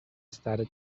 started